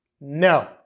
No